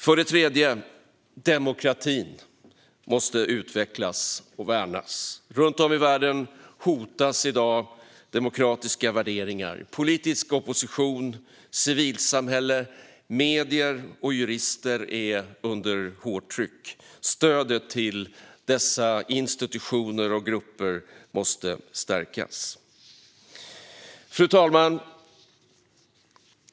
För det tredje måste demokratin utvecklas och värnas. Runt om i världen hotas i dag demokratiska värderingar. Politisk opposition, civilsamhälle, medier och jurister är under hårt tryck. Stödet till dessa institutioner och grupper måste stärkas. Fru talman!